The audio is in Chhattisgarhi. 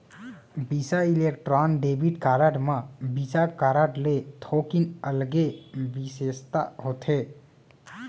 बिसा इलेक्ट्रॉन डेबिट कारड म बिसा कारड ले थोकिन अलगे बिसेसता होथे